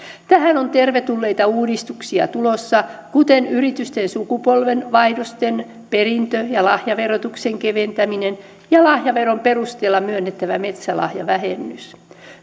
tähän on tervetulleita uudistuksia tulossa kuten yritysten sukupolvenvaihdosten helpottaminen perintö ja lahjaverotuksen keventäminen ja lahjaveron perusteella myönnettävä metsälahjavähennys